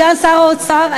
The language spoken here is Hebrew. סגן שר האוצר,